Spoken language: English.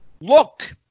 look